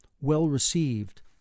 well-received